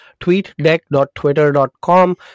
TweetDeck.Twitter.com